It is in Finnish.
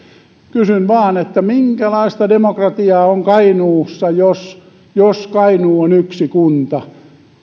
kysyn vain minkälaista demokratiaa on kainuussa jos jos kainuu on yksi kunta